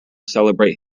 celebrate